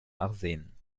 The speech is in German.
arsen